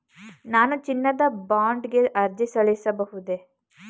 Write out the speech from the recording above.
ನಾನು ಚಿನ್ನದ ಬಾಂಡ್ ಗೆ ಅರ್ಜಿ ಸಲ್ಲಿಸಬಹುದೇ?